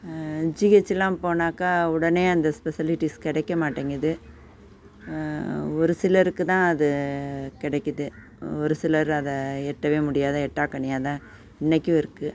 ஜிஹெச்சிலாம் போனாக்கா உடனே அந்த ஸ்பெசிலிட்டிஸ் கிடைக்க மாட்டேங்கிது ஒரு சிலருக்கு தான் அது கிடைக்கிது ஒரு சிலர் அதை எட்டவே முடியாத எட்டா கனியாக தான் இன்றைக்கும் இருக்குது